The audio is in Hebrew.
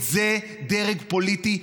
את זה דרג פוליטי,